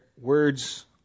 words